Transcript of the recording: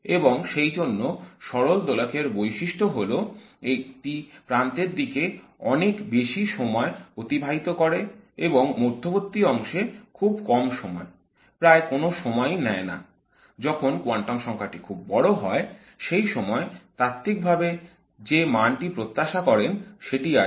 এবং সেইজন্য সরল দোলকের বৈশিষ্ট্য হল - এটি প্রান্তের দিকে অনেক বেশি সময় অতিবাহিত করে এবং মধ্যবর্তী অংশে খুব কম সময় প্রায় কোন সময়ই নেয় না যখন কোয়ান্টাম সংখ্যা টি খুব বড় হয় সেই সময় তাত্ত্বিকভাবে যে মানটি প্রত্যাশা করেন সেটি আসে